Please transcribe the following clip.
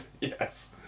Yes